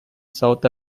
south